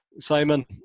Simon